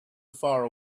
far